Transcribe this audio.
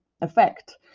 effect